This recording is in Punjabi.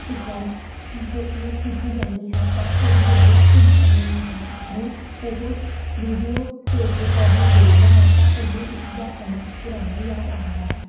ਰਿਕਾਰਡ ਹੋ ਕੀਤੀ ਜਾਂਦੀ ਹੈ ਤਾਂ ਉਹ ਜਦੋਂ ਕੁਝ ਸਮੇਂ ਬਾਅਦ ਆਪਣੀ ਉਹ ਵੀਡੀਓ ਟੇਪ ਰਿਕਾਰਡ ਨੂੰ ਦੇਖਦਾ ਹੈ ਤਾਂ ਉਹਨੂੰ ਉਸਦਾ ਸਮਾਂ ਪੁਰਾਣਾ ਯਾਦ ਆਉਂਦਾ ਹੈ